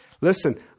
Listen